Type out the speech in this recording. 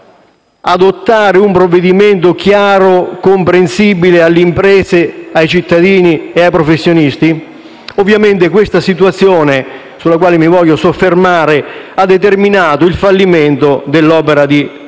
adottare un provvedimento chiaro e comprensibile alle imprese, ai cittadini e ai professionisti? Ovviamente questa situazione, sulla quale mi voglio soffermare, ha determinato il fallimento dell'opera di ricostruzione.